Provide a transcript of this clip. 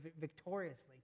victoriously